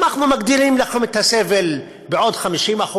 אנחנו מגדילים לכם את הסבל בעוד 50%,